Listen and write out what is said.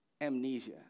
amnesia